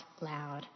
loud